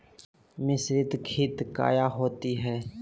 मिसरीत खित काया होती है?